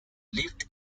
lived